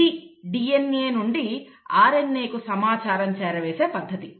ఇది DNA నుండి RNA కు సమాచారం చేరవేసే పద్ధతి